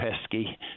pesky